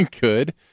good